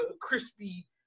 crispy